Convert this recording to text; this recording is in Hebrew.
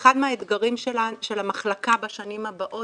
אחד מהאתגרים של המחלקה בשנים הבאות